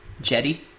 Jetty